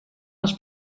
als